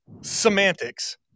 semantics